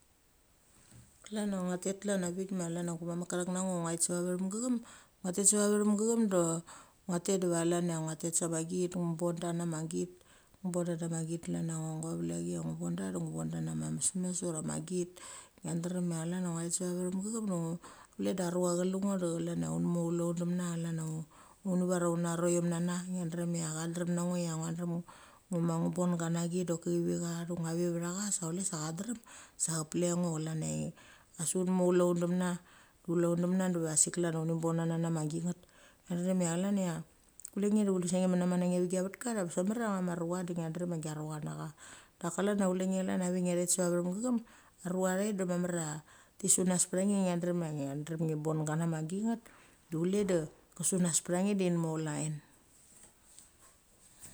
Klan a ngua tet klan avik ma chalan ia gumamuk ka thuk na ngo ngua thet su ava vatham gachum, ngua tet sava vatham gaum da ngua tet diva calania ngua thet diva clania ngua thet sa ma git, ngu bon da na ma git ngu bond da na ma git. Ngu bon da na ma git clan a nugu valek a chi ia ngu bon da na ngu bond da na ma mesmes ura ma git ngi a drum ia nguait savathum gachum do chule da aruch cha lungo da calan ia umo chule un dum na, calania uni var na una roi om na na ngia drum ia cha drum na ngo ia ngua drum ngu ma ngu bonga na git doki chi vi cha thu ngua ve vtha cha sa chule sa chadrem, sa cha ple cha ngo ia clan ia asik unmor chuluen dumna. Chuleun dumna divasik klan ia uni bonana na ma gitngeth. Ngia drem ia calan ia, kulenge da chuseng ne manam man na nge va gia vatka da be mamara anaganga ma rucha di ngia drem ia giaro cha na cha. Daka calan a chuie chalan calan avik da ngia thet sa vathum gam, rura te da mamar a ti sunas ptha nge ngia drem ia ngia drum ngi bon ga na ma gingeth, do chu le da, ka sunas ptha nge da inmor calaen.